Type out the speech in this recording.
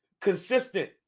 consistent